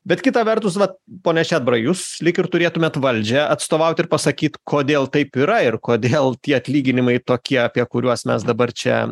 bet kita vertus vat pone šedbarai jūs lyg ir turėtumėt valdžią atstovaut ir pasakyt kodėl taip yra ir kodėl tie atlyginimai tokie apie kuriuos mes dabar čia